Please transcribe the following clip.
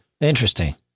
Interesting